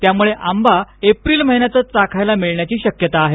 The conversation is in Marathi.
त्यामूळे आंबा एप्रिल महिन्यातच चाखायला मिळण्याची शक्यता आहे